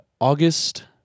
august